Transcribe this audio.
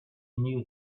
knew